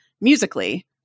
musically